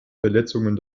verletzungen